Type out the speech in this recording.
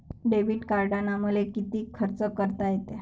Debit कार्डानं मले किती खर्च करता येते?